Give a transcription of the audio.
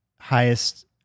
highest